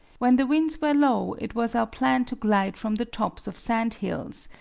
when the winds were low it was our plan to glide from the tops of sand hills,